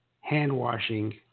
hand-washing